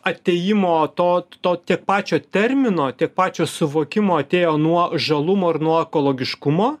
atėjimo to to tiek pačio termino tiek pačio suvokimo atėjo nuo žalumo ir nuo ekologiškumo